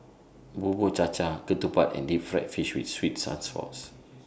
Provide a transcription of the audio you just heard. Bubur Cha Cha Ketupat and Deep Fried Fish with Sweet and Sour Sauce